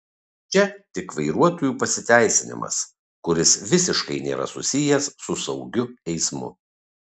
čia tik vairuotojų pasiteisinimas kuris visiškai nėra susijęs su saugiu eismu